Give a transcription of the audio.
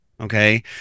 Okay